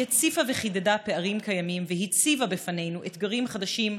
היא הציפה וחידדה פערים קיימים והציבה בפנינו אתגרים חדשים,